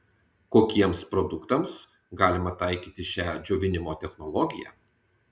kokiems produktams galima taikyti šią džiovinimo technologiją